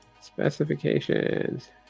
specifications